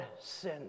sin